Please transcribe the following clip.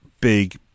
big